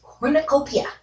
Cornucopia